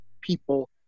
people